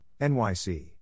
NYC